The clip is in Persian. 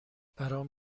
برام